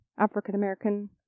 african-american